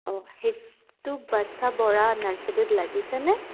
অঁ সেইটো বৰ্ষা বৰা নাৰ্চাৰীত লাগিছেনে